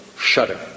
shudder